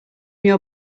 your